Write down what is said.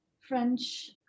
French